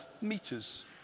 meters